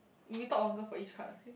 you talk on girl for each card ah